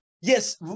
yes